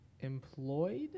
Employed